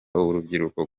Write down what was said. urubyiruko